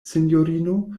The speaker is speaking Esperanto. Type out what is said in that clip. sinjorino